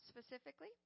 specifically